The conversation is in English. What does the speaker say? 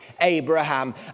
Abraham